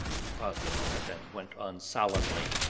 he paused a moment and went on solemnly